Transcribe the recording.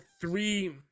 three